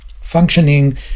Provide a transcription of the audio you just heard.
functioning